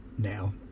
Now